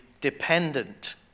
dependent